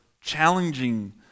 challenging